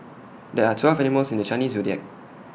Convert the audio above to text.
there are twelve animals in the Chinese Zodiac